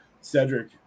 Cedric